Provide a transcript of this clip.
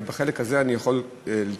ובחלק הזה אני יכול לתמוך,